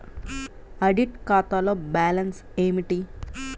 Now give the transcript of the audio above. Audit ఖాతాలో balance ఏమిటీ?